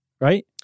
Right